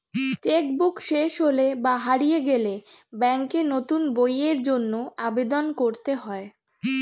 check book শেষ হলে বা হারিয়ে গেলে ব্যাঙ্কে নতুন বইয়ের জন্য আবেদন করতে হয়